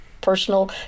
personal